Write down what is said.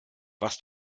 was